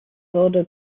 wurde